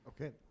Okay